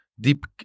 deep